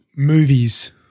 Movies